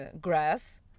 grass